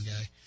guy